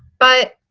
but.